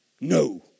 no